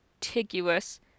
contiguous